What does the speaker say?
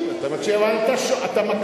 מקשיב לך, חבר הכנסת, הבנתי.